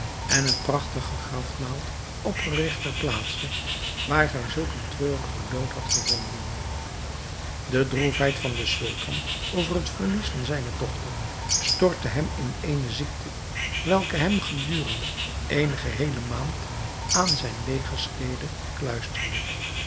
en een prachtige grafnaald opgerigt ter plaatse waar zij zulk een treurigen dood had gevonden de droefheid van den sultan over het verlies van zijne dochter stortte hem in eene ziekte welke hem gedurende eene geheele maand aan zijne legerstede kluisterde